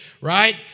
right